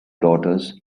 daughters